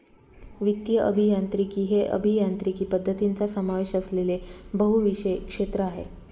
वित्तीय अभियांत्रिकी हे अभियांत्रिकी पद्धतींचा समावेश असलेले बहुविषय क्षेत्र आहे